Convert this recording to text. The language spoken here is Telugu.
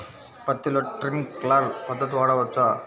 పత్తిలో ట్వింక్లర్ పద్ధతి వాడవచ్చా?